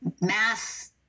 mass